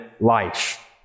life